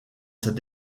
cet